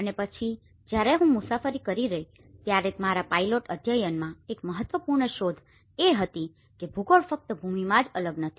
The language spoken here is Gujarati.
અને પછી જ્યારે હું મુસાફરી કરી રહ્યો હતો ત્યારે મારા પાયલોટ અધ્યયનમાં એક મહત્વપૂર્ણ શોધ એ હતી કે ભૂગોળ ફક્ત ભૂમિમાં જ અલગ નથી